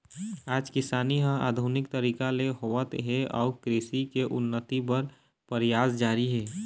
आज किसानी ह आधुनिक तरीका ले होवत हे अउ कृषि के उन्नति बर परयास जारी हे